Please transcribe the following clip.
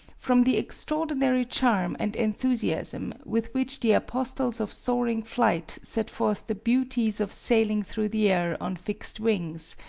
from the extraordinary charm and enthusiasm with which the apostles of soaring flight set forth the beauties of sailing through the air on fixed wings,